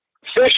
Fish